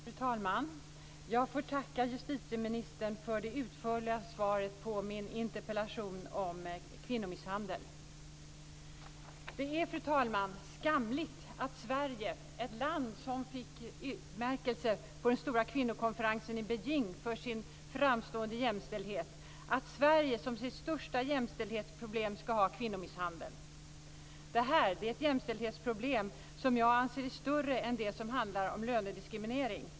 Fru talman! Jag får tacka justitieministern för det utförliga svaret på min interpellation om kvinnomisshandel. Det är, fru talman, skamligt att Sverige, ett land som fick utmärkelse på den stora kvinnokonferensen i Beijing för sin framstående jämställdhet, som sitt största jämställdhetsproblem ska ha kvinnomisshandel. Detta är ett jämställdhetsproblem som jag anser är större än det som handlar om lönediskriminering.